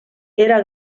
era